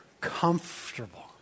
Comfortable